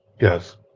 Yes